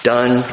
Done